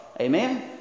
Amen